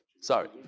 Sorry